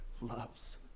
loves